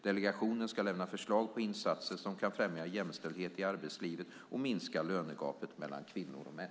Delegationen ska lämna förslag på insatser som kan främja jämställdhet i arbetslivet och minska lönegapet mellan kvinnor och män.